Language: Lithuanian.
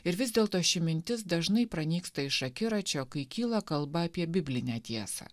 ir vis dėlto ši mintis dažnai pranyksta iš akiračio kai kyla kalba apie biblinę tiesą